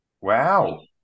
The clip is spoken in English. Wow